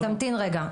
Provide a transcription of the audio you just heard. צדיק, תמתין רגע.